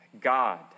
God